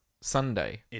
Sunday